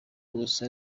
bose